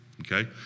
Okay